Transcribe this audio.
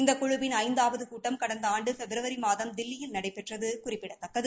இந்த குழுவிள் ஐந்தாவது கூட்டம் கடந்த ஆண்டு பிப்ரவரி மாதம் தில்லியில் நடைபெற்றது குறிப்பிடத்தக்கது